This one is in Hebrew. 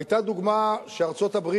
היתה דוגמה שארצות-הברית,